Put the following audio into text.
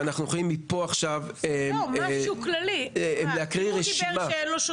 ואנחנו הולכים מפה להקריא רשימה --- נגיד,